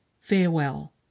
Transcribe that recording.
Farewell